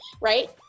right